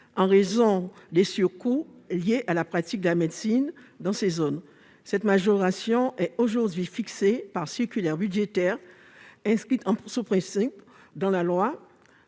en raison des surcoûts liés à la pratique de la médecine dans ces zones. Cette majoration est aujourd'hui fixée par circulaire budgétaire. Inscrire son principe dans la loi